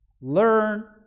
Learn